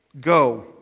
go